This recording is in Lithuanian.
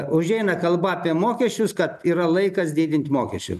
užeina kalba apie mokesčius kad yra laikas didint mokesčiai